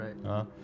Right